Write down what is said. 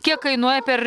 kiek kainuoja per